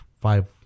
five